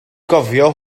gofio